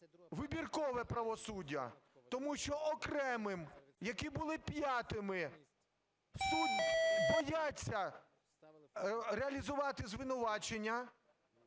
вибіркове правосуддя, тому що окремим, які були п'ятими, бояться реалізувати звинувачення,